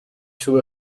two